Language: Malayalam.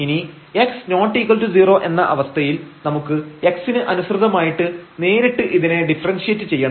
ഇനി x≠0 എന്ന അവസ്ഥയിൽ നമുക്ക് x ന് അനുസൃതമായിട്ട് നേരിട്ട് ഇതിനെ ഡിഫറെൻഷിയേറ്റ് ചെയ്യണം